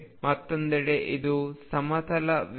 ಮತ್ತೊಂದೆಡೆ ಇದು ಸಮತಲ ವೆವ್